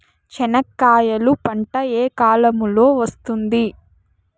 చెనక్కాయలు పంట ఏ కాలము లో వస్తుంది